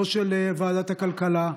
לא של ועדת הכלכלה,